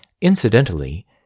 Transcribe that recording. Incidentally